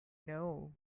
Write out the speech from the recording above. know